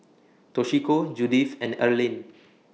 Toshiko Judyth and Erlene